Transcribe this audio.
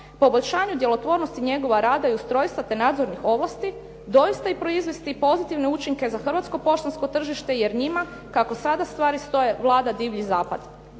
poboljšanju djelotvornosti njegova rada i ustrojstva te nadzornih ovlasti doista i proizvesti pozitivne učinke za hrvatsko poštansko tržište jer njima kako sada stvari stoje vlada "Divlji Zapad"